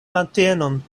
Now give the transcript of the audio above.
matenon